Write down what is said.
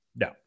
No